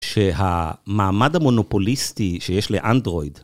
שהמעמד המונופוליסטי שיש לאנדרואיד...